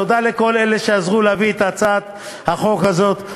תודה לכל אלה שעזרו להביא את הצעת החוק הזאת,